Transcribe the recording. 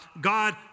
God